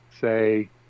say